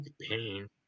pain